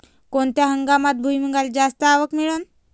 कोनत्या हंगामात भुईमुंगाले जास्त आवक मिळन?